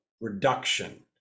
reduction